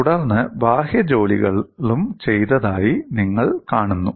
തുടർന്ന് ബാഹ്യ ജോലികളും ചെയ്തതായി നിങ്ങൾ കാണുന്നു